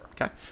Okay